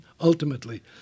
ultimately